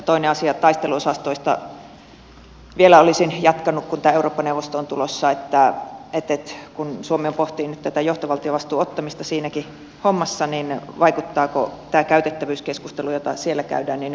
toinen asia taisteluosastoista vielä olisin jatkanut kun tämä eurooppa neuvosto on tulossa että kun suomihan pohtii nyt tätä johtovaltiovastuun ottamista siinäkin hommassa niin vaikuttaako tämä käytettävyyskeskustelu jota siellä käydään nyt millä tavalla suomen päätökseen